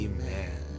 Amen